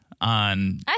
on